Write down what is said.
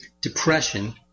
Depression